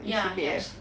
ya yes